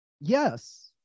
yes